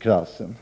klassen.